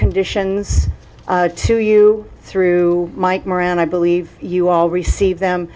conditions to you through mike moore and i believe you all receive them